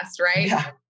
Right